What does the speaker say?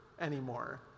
anymore